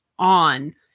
on